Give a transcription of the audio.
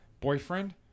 boyfriend